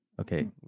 okay